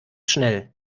schnell